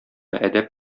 әдәп